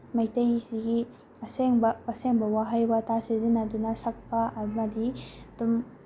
ꯃꯩꯇꯩꯁꯤꯒꯤ ꯑꯁꯦꯡꯕ ꯑꯁꯦꯡꯕ ꯋꯥꯍꯩ ꯋꯥꯇꯥ ꯁꯤꯖꯤꯟꯅꯗꯨꯅ ꯁꯛꯄ ꯑꯃꯗꯤ ꯗꯨꯝ